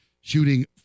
shooting